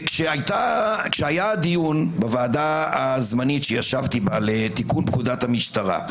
כשהיה הדיון בוועדה הזמנית שישבתי בה לתיקון פקודת המשטרה,